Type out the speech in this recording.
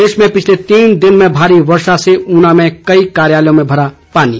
प्रदेश में पिछले तीन दिन में भारी वर्षा से ऊना में कई कार्यालयों में भरा पानी